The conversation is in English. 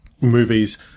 movies